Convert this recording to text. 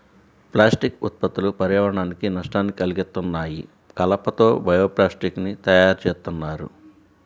plastic ఉత్పత్తులు పర్యావరణానికి నష్టాన్ని కల్గిత్తన్నాయి, కలప తో బయో ప్లాస్టిక్ ని తయ్యారుజేత్తన్నారు